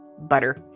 Butter